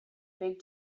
big